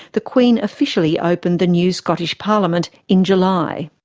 the queen officially opened the new scottish parliament in july.